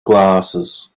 glasses